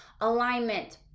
alignment